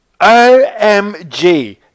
OMG